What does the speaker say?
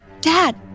Dad